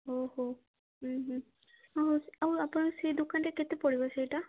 ଓ ହୋ ଆଉ ଆଉ ଆପଣ ସେଇ ଦୋକାନରେ କେତେ ପଡ଼ିବ ସେଇଟା